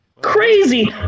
crazy